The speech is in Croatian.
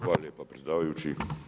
Hvala lijepa predsjedavajući.